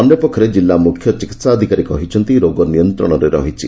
ଅନ୍ୟ ପକ୍ଷରେ ଜିଲ୍ଲା ମୁଖ୍ୟ ଚିକିହାଧୀକାରୀ କହିଛନ୍ତି ରୋଗ ନିୟନ୍ତଣରେ ରହିଛି